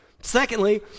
secondly